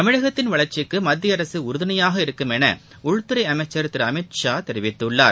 தமிழ்நாட்டின் வளர்ச்சிக்கு மத்திய அரசு உறுதுணையாக இருக்கும் என உள்துறை அமைச்சர் திரு அமித் ஷா தெரிவித்துள்ளார்